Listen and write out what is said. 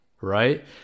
right